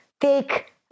take